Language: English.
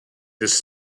this